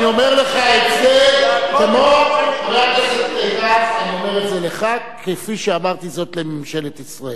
אני אומר לך את זה כפי שאמרתי זאת לממשלת ישראל.